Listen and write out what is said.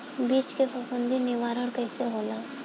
बीज के फफूंदी निवारण कईसे होला?